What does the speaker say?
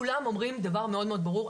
כולם אומרים דבר מאוד ברור,